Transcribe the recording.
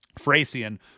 Fracian